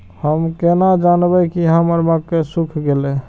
हम केना जानबे की हमर मक्के सुख गले?